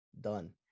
done